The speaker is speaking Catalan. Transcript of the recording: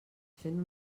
fent